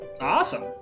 Awesome